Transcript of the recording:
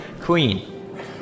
Queen